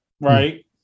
right